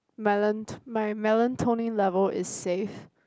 melon my melatonin level is safe